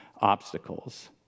obstacles